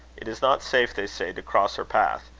it is not safe, they say, to cross her path.